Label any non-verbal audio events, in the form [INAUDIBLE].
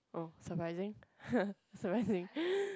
oh surprising [LAUGHS] surprising [BREATH]